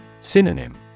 Synonym